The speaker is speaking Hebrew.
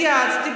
התייעצתי,